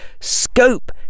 scope